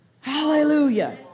Hallelujah